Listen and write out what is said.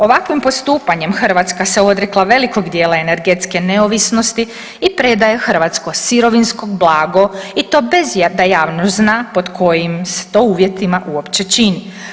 Ovakvim postupanjem Hrvatska se odrekla velikog dijela energetske neovisnosti i predaje hrvatsko sirovinsko blago i to bez da javnost zna, pod kojim se to uvjetima uopće čini.